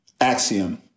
axiom